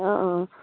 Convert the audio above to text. অঁ অঁ